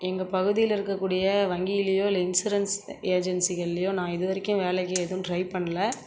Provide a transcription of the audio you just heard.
எங்கள் பகுதியில் இருக்கக்கூடிய வங்கியிலையோ இல்லை இன்சூரன்ஸ் ஏஜென்சிகள்லேயோ நான் இது வரைக்கும் வேலைக்கு எதுவும் ட்ரை பண்ணல